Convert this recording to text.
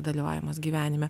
dalyvavimas gyvenime